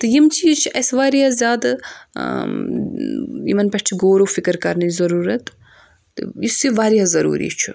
تہٕ یِم چیٖز چھِ اَسہِ واریاہ زیادٕ یِمَن پؠٹھ چھِ غورو فِکر کَرنٕچ ضروٗرَت تہٕ یُس یہِ واریاہ ضٔروٗری چھُ